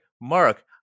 Mark